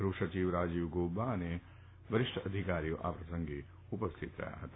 ગૃહ સચિવ રાજીવ ગૌબા અને વરિષ્ઠ અધિકારીઓ આ પ્રસંગે હાજર રહયા હતા